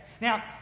Now